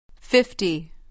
Fifty